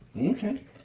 Okay